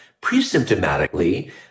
pre-symptomatically